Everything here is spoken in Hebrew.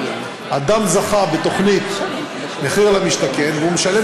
אדם זכה בתוכנית מחיר למשתכן והוא משלם